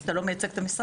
אתה לא מייצג את המשרד?